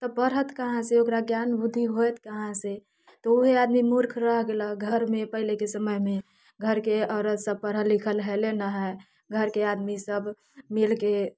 तऽ बढ़त कहाँ से ओकरा ज्ञान बुद्धि होयत कहाँ से तऽ ओहे आदमी मूर्ख रह गेलक घरमे पहलेके समयमे घरके औरत सब पढ़ल लिखल हय ले नहि हय घरके आदमी सब मिलके